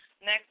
Next